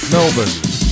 Melbourne